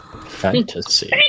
Fantasy